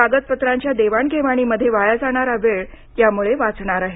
कागदपत्रांच्या देवाण घेवाणीमध्ये वाया जाणारा वेळ यामुळे वाचणार आहे